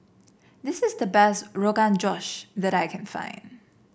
this is the best Rogan Josh that I can find